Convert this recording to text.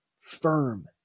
firm